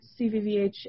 CVVH